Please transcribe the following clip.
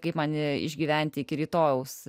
kaip manyje išgyventi iki rytojaus